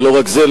ולא רק זה,